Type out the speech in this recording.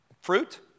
fruit